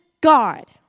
God